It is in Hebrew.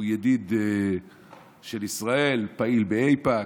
הוא ידיד של ישראל, פעיל באיפא"ק,